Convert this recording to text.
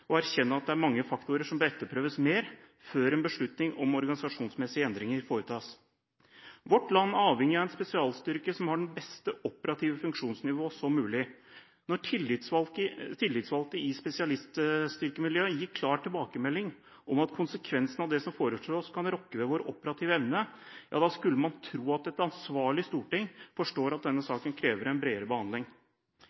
og erkjenne at det er mange faktorer som bør etterprøves mer før en beslutning om organisasjonsmessige endringer foretas. Vårt land er avhengig av en spesialstyrke som har det beste operative funksjonsnivå. Når tillitsvalgte i spesialstyrkemiljøet gir klar tilbakemelding om at konsekvensene av det som foreslås, kan rokke ved vår operative evne, skulle man tro at et ansvarlig storting forstår at denne